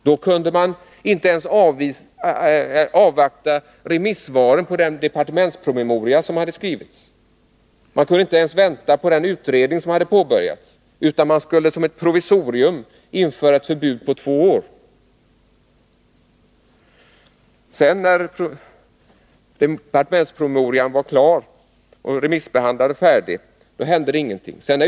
Då kunde man inte ens avvakta remissvaret på den departementspromemoria som hade skrivits och inte heller vänta på resultatet av den utredning som påbörjats. Man skulle som ett provisorium införa förbudsmöjligheter på två år. När sedan departementspromemorian hade blivit färdig och remissbehandlats hände det ingenting.